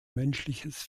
menschliches